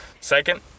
Second